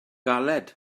galed